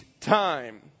time